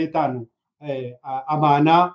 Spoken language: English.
amana